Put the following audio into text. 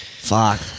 Fuck